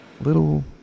little